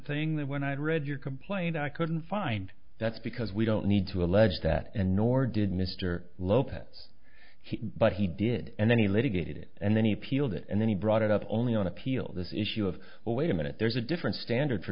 thing that when i read your complaint i couldn't find that's because we don't need to allege that and nor did mr lopez but he did and then he litigated it and then he appealed it and then he brought it up only on appeal this issue of well wait a minute there's a different standard for